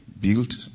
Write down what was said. built